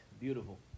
beautiful